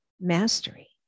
mastery